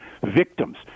victims